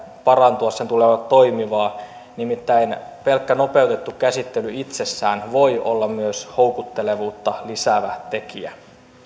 parantua sen tulee olla toimivaa nimittäin pelkkä nopeutettu käsittely itsessään voi olla myös houkuttelevuutta lisäävä tekijä